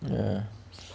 ya